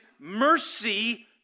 mercy